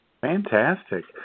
Fantastic